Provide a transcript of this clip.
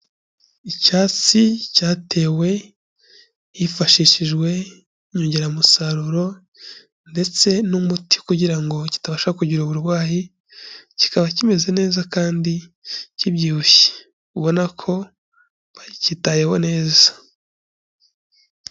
Icyatsi cyatewe hifashishijwe inyongeramusaruro ndetse n'umuti kugira ngo kitabasha kugira uburwayi, kikaba kimeze neza kandi kibyibushye, ubona ko bacyitayeho neza.